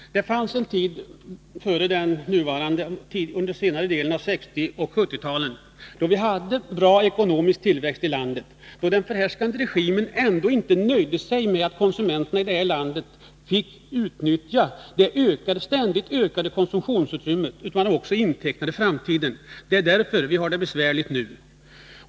Herr talman! Det fanns en tid, under senare delen av 1960-talet och under 1970-talet, då vi hade en god ekonomisk tillväxt i landet men då den förhärskande regimen ändå inte nöjde sig med att konsumenterna fick utnyttja det ständigt ökade konsumtionsutrymmet utan också intecknade framtiden. Det är därför som vi nu har det besvärligt.